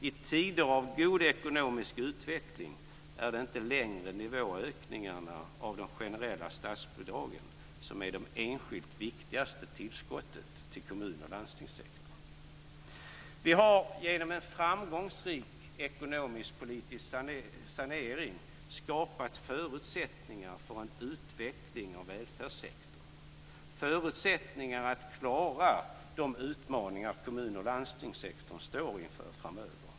I tider av god ekonomisk utveckling är det inte längre nivåhöjningarna av de generella statsbidragen som är det enskilt viktigaste tillskottet till kommun och landstingssektorn. Genom en framgångsrik ekonomisk sanering har vi skapat förutsättningar för en utveckling av välfärdssektorn, förutsättningar att klara de utmaningar som kommun och landstingssektorn står inför framöver.